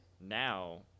Now